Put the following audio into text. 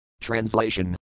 Translation